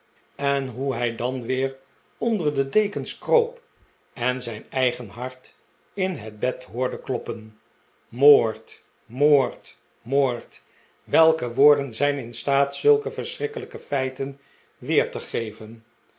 en hoe hij dan weer onder de dekens kroop en zijn eigen hart in het bed hoorde kloppen moord moord moord welke woorden zijn in staat zulke verschrikkelijke feiten weer te gevenl